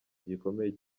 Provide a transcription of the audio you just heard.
gikomeye